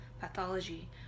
pathology